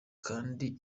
kandi